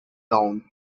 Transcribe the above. town